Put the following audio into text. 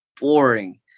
boring